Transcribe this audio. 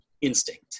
instinct